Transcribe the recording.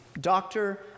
doctor